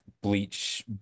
bleach